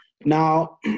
now